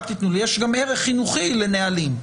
יש גם ערך חינוכי לנהלים.